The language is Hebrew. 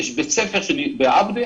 יש בית ספר בעבדה